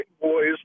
boys